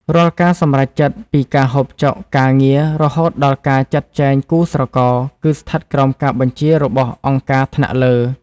រាល់ការសម្រេចចិត្តពីការហូបចុក ការងារ រហូតដល់ការចាត់ចែងគូស្រករ គឺស្ថិតក្រោមការបញ្ជារបស់ «អង្គការថ្នាក់លើ»។